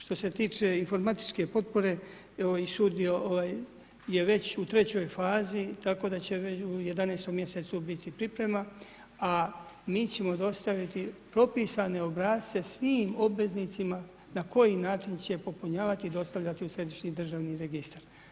Što se tiče informatičke potpore, sud je već u trećoj fazi, tako da će u 11. mj. biti priprema, a mi ćemo dostaviti propisane obrasce svim obveznicima, na koji način će popunjavati i dostavljati u središnji državni registar.